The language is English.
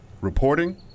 reporting